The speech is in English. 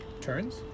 turns